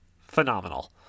phenomenal